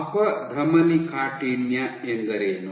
ಅಪಧಮನಿಕಾಠಿಣ್ಯ ಎಂದರೇನು